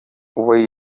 why